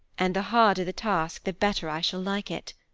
and the harder the task the better i shall like it.